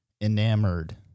enamored